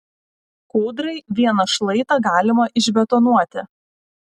kūdrai vieną šlaitą galima išbetonuoti